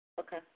Okay